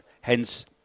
Hence